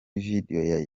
video